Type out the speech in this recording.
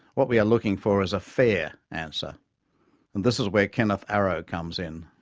what we are looking for is a fair answer. and this is where kenneth arrow comes in.